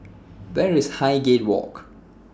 Where IS Highgate Walk